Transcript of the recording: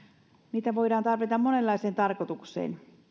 niitä voidaan tarvita monenlaiseen tarkoitukseen